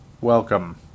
welcome